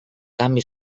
canvi